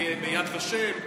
ביד ושם,